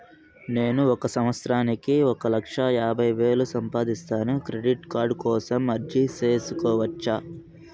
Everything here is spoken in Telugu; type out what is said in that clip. నేను ఒక సంవత్సరానికి ఒక లక్ష యాభై వేలు సంపాదిస్తాను, క్రెడిట్ కార్డు కోసం అర్జీ సేసుకోవచ్చా?